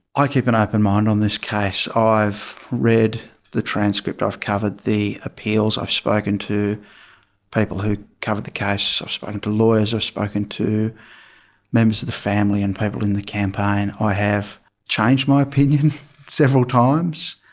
i keep an open mind on this case. ah i've read the transcript, i've covered the appeals, i've spoken to people who covered the case. i've spoken to lawyers, i've spoken to members of the family and people in the campaign. i have changed my opinion several times,